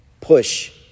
push